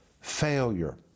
failure